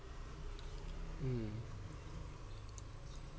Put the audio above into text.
mm